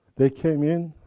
they came in,